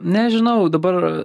nežinau dabar